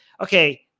Okay